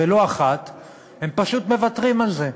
לא אחת הם פשוט מוותרים על זה,